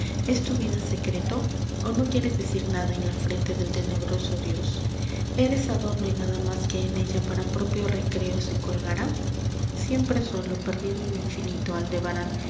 es tu vida secreto ó no quieres decir nada en la frente del tenebroso dios eres adorno y nada más que en ella para propio recreo se colgara siempre solo perdido en lo